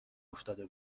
افتاده